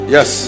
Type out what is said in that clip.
Yes